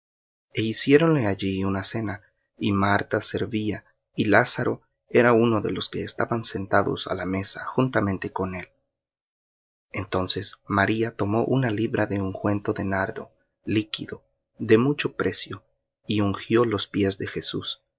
hiciéronle allí una cena y marta servía y lázaro era uno de los que estaban sentados á la mesa juntamente con él entonces maría tomó una libra de ungüento de nardo líquido de mucho precio y ungió los pies de jesús